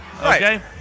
okay